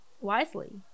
wisely